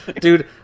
Dude